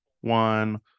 one